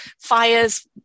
fires